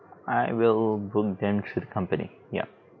I will book them through the company ya